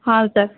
ହଁ ସାର୍